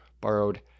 borrowed